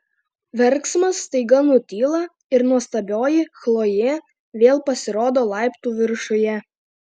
verksmas staiga nutyla ir nuostabioji chlojė vėl pasirodo laiptų viršuje